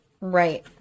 right